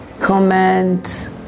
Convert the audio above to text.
comment